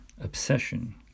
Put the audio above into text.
obsession